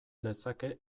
lezake